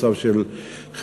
מצב של חירום.